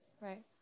right